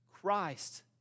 Christ